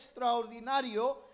extraordinario